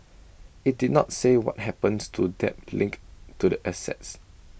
IT did not say what happens to debt linked to the assets